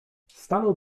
stanął